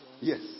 Yes